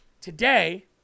Today